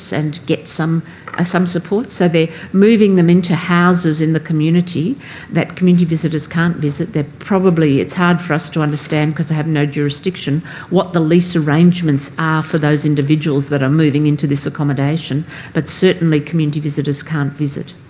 and get some ah some support. so they're moving them into houses in the community that community visitors can't visit. it probably it's hard for us to understand because i have no jurisdiction what the lease arrangements are for those individuals that are moving into this accommodation but certainly community visitors can't visit.